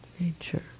nature